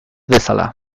bezala